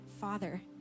father